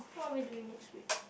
what are we doing next week